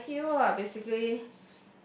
uh she's a hero lah basically